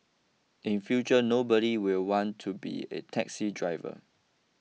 in future nobody will want to be a taxi driver